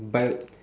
by